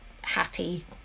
happy